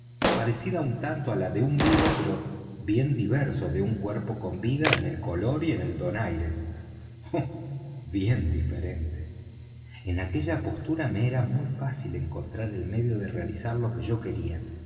parecida un tanto á la de un vivo pero bien diverso de un cuerpo con vida en el color y en el donaire oh bien diferente en aquella postura me era muy fácil encontrar el medio de realizar lo que yo quería